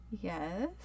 Yes